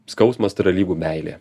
skausmas tai yra lygu meilė